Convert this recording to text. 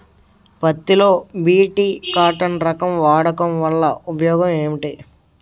పత్తి లో BT cotton రకం వాడకం వల్ల ఉపయోగం ఏమిటి?